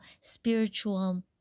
spiritual